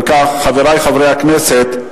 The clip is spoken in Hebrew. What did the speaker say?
אם כך, חברי חברי הכנסת,